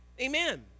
Amen